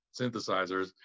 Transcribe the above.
synthesizers